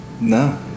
No